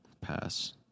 pass